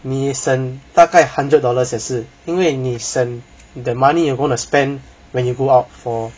你省大概 hundred dollars 也是因为你省 the money you going to spend when you go out for